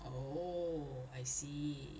oh I see